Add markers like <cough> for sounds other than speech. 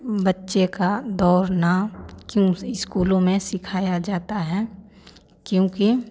बच्चे का दौड़ना <unintelligible> इस्कूलों में सिखाया जाता है क्योंकि